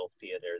theater